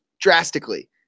drastically